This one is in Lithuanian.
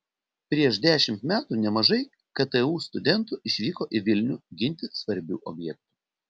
prieš dešimt metų nemažai ktu studentų išvyko į vilnių ginti svarbių objektų